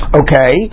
okay